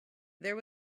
there